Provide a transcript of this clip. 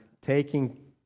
taking